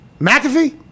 McAfee